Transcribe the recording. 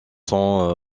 sont